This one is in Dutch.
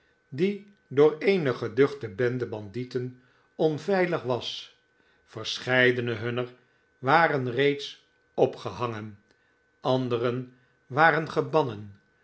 die door eene geduchte bende bandieten onveilig was verscheidene hunner waren reeds opgehangen anderen waren gebannen